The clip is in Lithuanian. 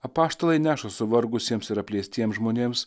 apaštalai neša suvargusiems ir apleistiems žmonėms